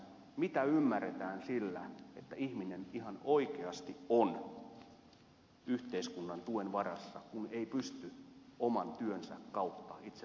mitä ymmärretään sillä että ihminen ihan oikeasti on yhteiskunnan tuen varassa kun ei pysty oman työnsä kautta itselleen sosiaaliturvaa hankkimaan